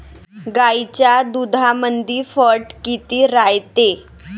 गाईच्या दुधामंदी फॅट किती रायते?